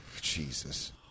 Jesus